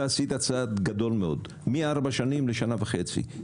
אתה עשית צעד גדול מאוד, מארבע שנים לשנה וחצי.